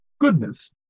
goodness